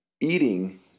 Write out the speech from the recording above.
eating